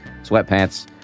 sweatpants